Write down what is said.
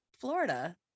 florida